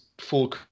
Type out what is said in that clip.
full